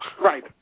Right